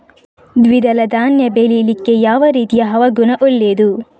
ದ್ವಿದಳ ಧಾನ್ಯ ಬೆಳೀಲಿಕ್ಕೆ ಯಾವ ರೀತಿಯ ಹವಾಗುಣ ಒಳ್ಳೆದು?